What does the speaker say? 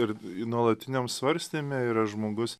ir nuolatiniam svarstyme yra žmogus